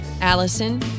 Allison